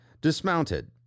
dismounted